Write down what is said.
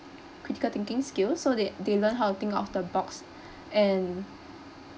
critical thinking skills so they they learn how to think out of the box and